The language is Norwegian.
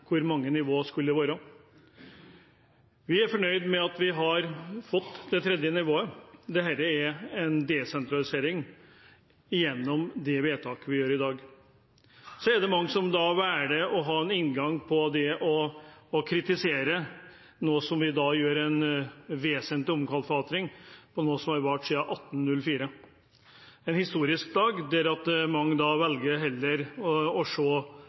hvor mange nivå det skulle være. Vi er fornøyd med at vi har fått det tredje nivået. Dette er en desentralisering gjennom de vedtak vi gjør i dag. Så er det mange som velger å kritisere, siden vi nå gjør en vesentlig omkalfatring av noe som har vart siden 1804. Det er en historisk dag, der mange heller velger å skue bakover. Det er ingen tvil om at med 19 fylkeskommuner hadde det ikke vært mulig å desentralisere så mange